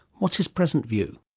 what's his present view?